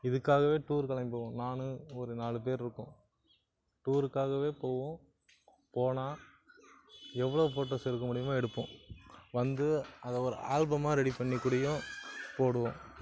இதுக்காவே tour கிளம்பிப் போவோம் நானு ஒரு நாலு பேர் இருக்கோம் டூருக்காகவே போவோம் போனால் எவ்வளோ ஃபோட்டோஸ் எடுக்க முடியுமோ எடுப்போம் வந்து அதை ஒரு ஆல்பமா ரெடி பண்ணிக்கூடயும் போடுவோம்